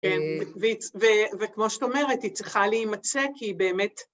וכמו שאת אומרת היא צריכה להימצא כי היא באמת